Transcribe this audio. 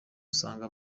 usanga